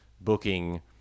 booking